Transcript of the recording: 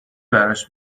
براش